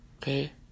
Okay